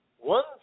One